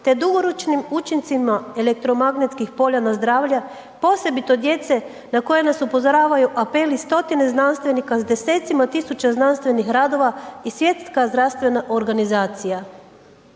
te dugoročnim učincima elektromagnetskih polja na zdravlje osobito djece na koje nas upozoravaju apeli stotine znanstvenika s desecima tisuća znanstvenih radova i Svjetska zdravstvena organizacija.